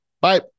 Bye